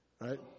Right